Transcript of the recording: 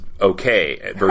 okay